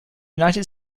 united